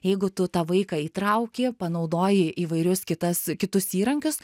jeigu tu tą vaiką įtrauki panaudoji įvairius kitas kitus įrankius